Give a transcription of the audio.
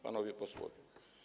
Panowie Posłowie!